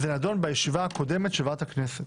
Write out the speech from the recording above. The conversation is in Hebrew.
וזה נדון בישיבה קודמת של ועדת הכנסת.